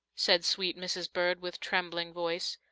said sweet mrs. bird, with trembling voice,